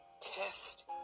test